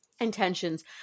intentions